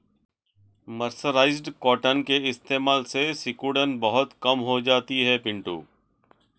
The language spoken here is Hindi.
मर्सराइज्ड कॉटन के इस्तेमाल से सिकुड़न बहुत कम हो जाती है पिंटू